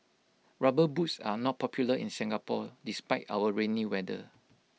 rubber boots are not popular in Singapore despite our rainy weather